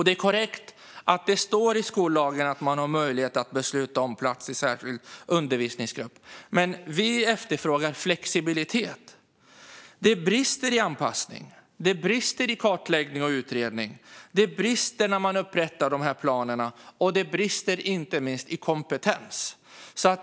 Det är korrekt att det står i skollagen att man har möjlighet att besluta om plats i särskild undervisningsgrupp. Men vi efterfrågar flexibilitet. Det brister i anpassning. Det brister i kartläggning och utredning. Det brister när man upprättar planerna, och det brister inte minst i kompetens.